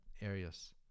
areas